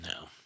No